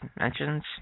mentions